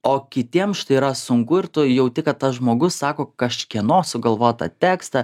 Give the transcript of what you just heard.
o kitiems štai yra sunku ir tu jauti kad tas žmogus sako kažkieno sugalvotą tekstą